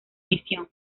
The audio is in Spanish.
misión